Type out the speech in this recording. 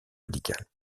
médical